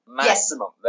maximum